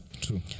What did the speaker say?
True